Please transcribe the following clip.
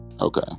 Okay